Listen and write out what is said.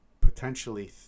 potentially